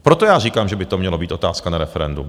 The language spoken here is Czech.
Proto já říkám, že by to měla být otázka na referendum.